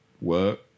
work